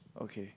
okay